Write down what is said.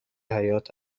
حیات